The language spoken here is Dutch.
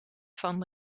van